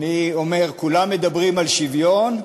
אני אומר: כולם מדברים על שוויון,